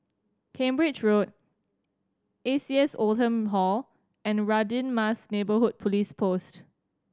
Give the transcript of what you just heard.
Cambridge Road A C S Oldham Hall and Radin Mas Neighbourhood Police Post